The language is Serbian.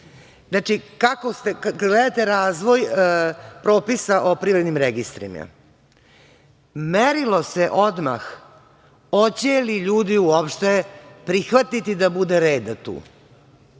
red. Znači, kada gledate razvoj propisa o privrednim registrima, merilo se odmah hoće li ljudi uopšte prihvatiti da bude reda tu.